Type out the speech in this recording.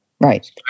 Right